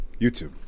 youtube